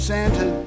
Santa